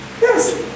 Yes